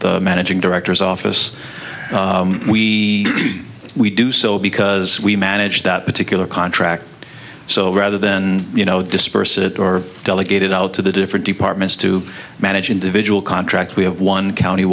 the managing directors office we we do so because we manage that particular contract so rather than you know disperse it or delegated out to the different departments to manage individual contracts we have one county